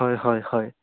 হয় হয় হয়